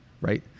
right